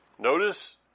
Notice